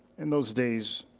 in those days,